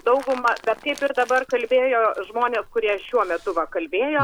dauguma dar kaip ir dabar kalbėjo žmonės kurie šiuo metu va kalbėjo